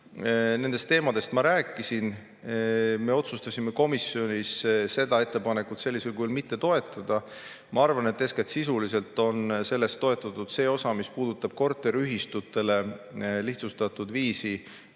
Nendest teemadest ma rääkisin. Me otsustasime komisjonis seda ettepanekut sellisel kujul mitte toetada. Ma arvan, et eeskätt sisuliselt on sellest toetatud see osa, mis puudutab korteriühistute lihtsustatud viisi